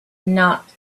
not